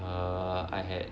err I had